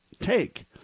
take